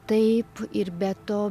taip ir be to